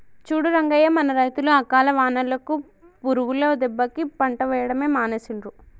చూడు రంగయ్య మన రైతులు అకాల వానలకు పురుగుల దెబ్బకి పంట వేయడమే మానేసిండ్రు